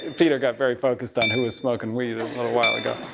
ah peter got very focused on who was smokin' weed a little while ago.